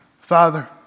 Father